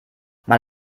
mal